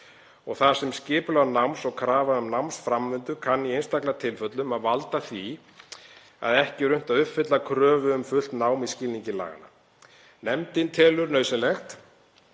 Þar sem skipulag náms og krafa um námsframvindu kann í einstaka tilfellum að valda því að ekki er unnt að uppfylla kröfu um fullt nám í skilningi laganna. Nefndin telur nauðsynlegt